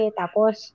tapos